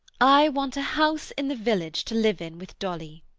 i want a house in the village to live in with dolly.